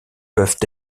peuvent